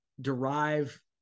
derive